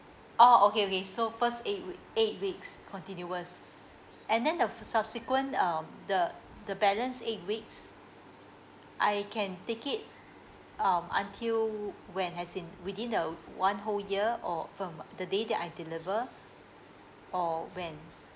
oh okay okay so first eight week eight weeks continuous and then the subsequent um the the balance eight weeks I can take it um until when as in within the one whole year or from the day that I deliver or when